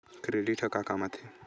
Credit ह का काम आथे?